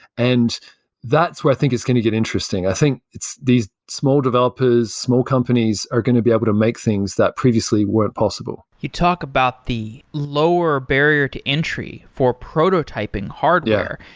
and that's where i think it's going to get interesting. i think it's these small developers, small companies are going to be able to make things that previously weren't possible you talk about the lower barrier to entry for prototyping hardware.